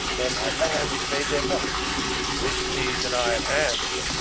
all my land is made their mock this needs an iron hand!